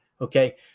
Okay